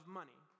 money